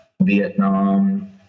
Vietnam